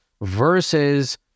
versus